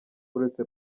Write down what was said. uretse